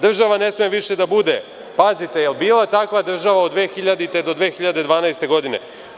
Država ne sme više da bude, pazite je li bila takva država od 2000. do 2012. godine?